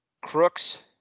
crooks